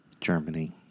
Germany